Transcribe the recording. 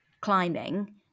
climbing